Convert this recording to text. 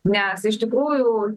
nes iš tikrųjų